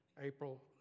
April